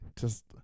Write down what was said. just-